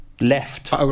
left